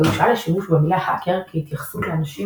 והושאל לשימוש במילה "האקר" כהתייחסות לאנשים